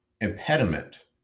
impediment